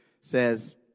says